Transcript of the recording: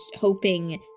hoping